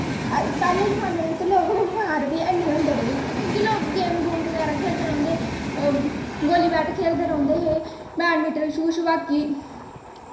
पैह्ले जमाने बिच्च लोक बमार बी ऐनी होंदे रेह् क्योंकि लोक गेम गुम बगैरा खेल्लदे रौंह्दे गोली बैट खेल्लदे रौंह्दे हे बैडमिंटन छूह् छबाकी